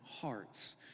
hearts